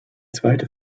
zweite